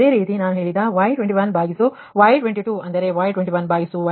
ಅದೇ ರೀತಿ ನಾನು ಹೇಳಿದ Y21Y22 ಅಂದರೆ Y21Y22 Y23Y22ಇದನ್ನೆಲ್ಲ ನಾವು ಲೆಕ್ಕ ಮಾಡ್ಬೇಕು